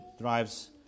drives